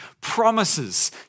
promises